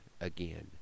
again